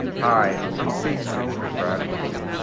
hi, i'm state senator, brad hoylman.